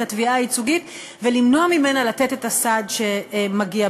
התביעה הייצוגית ולמנוע ממנה לתת את הסעד שמגיע.